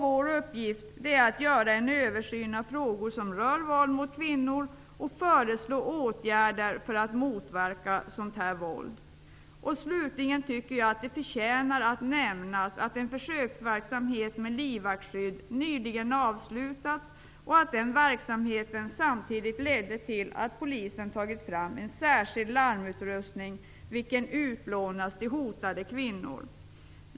Vår uppgift är att göra en översyn av frågor som rör våld mot kvinnor och föreslå åtgärder för att motverka sådant våld. Slutligen tycker jag att det förtjänar att nämnas att en försöksverksamhet med livvaktsskydd nyligen har avslutats och att den verksamheten samtidigt har lett till att polisen har tagit fram en särskild larmutrustning, vilken utlånas till hotade kvinnor.